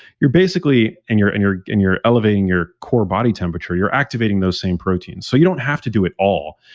you're basically and you're and you're and elevating your core body temperature, you're activating those same proteins. so you don't have to do it all.